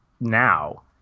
now